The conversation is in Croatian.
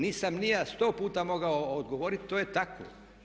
Nisam ni ja 100 puta mogao odgovoriti, to je tako.